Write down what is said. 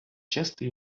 чисте